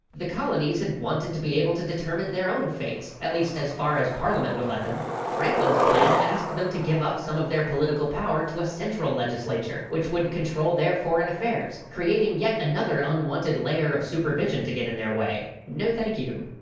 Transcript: the colonies had wanted to be able to determine their own fate, at least as far as parliament would let them. franklin's plan asked them to give up some of their political power to a central legislature, which would control their foreign affairs, creating yet another unwanted layer of supervision to get in their way. no, thank you.